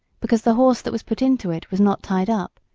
because the horse that was put into it was not tied up,